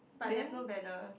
but there's no banner